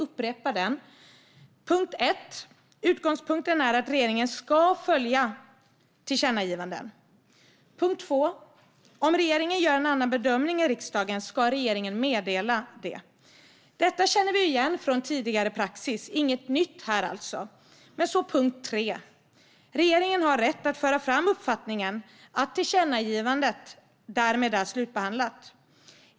Den ger följande vid handen: Utgångspunkten är att regeringen ska följa tillkännagivanden. Om regeringen gör en annan bedömning än riksdagen ska regeringen meddela detta. Det här känner vi igen från tidigare praxis, och det är inget nytt. Regeringen har rätt att föra fram uppfattningen att tillkännagivandet därmed är slutbehandlat.